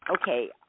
okay